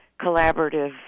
collaborative